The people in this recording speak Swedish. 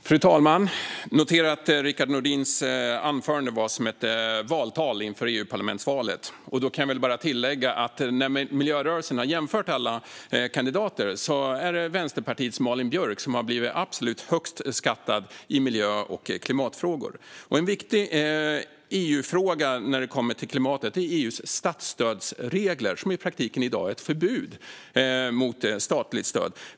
Fru talman! Jag noterade att Rickard Nordins anförande var som ett valtal inför EU-parlamentsvalet. Då kan jag tillägga att när miljörörelsen har jämfört alla kandidater är det Vänsterpartiets Malin Björk som har blivit absolut högst skattad i miljö och klimatfrågor. En viktig EU-fråga när det kommer till klimatet är EU:s statsstödsregler, som i praktiken i dag är ett förbud mot statligt stöd.